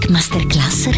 Masterclass